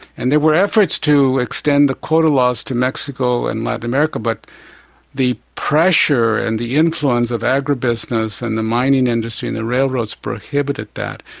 and there were efforts to extend the quota laws to mexico and latin america but the pressure and the influence of agribusiness and the mining industry in the railroads prohibited that.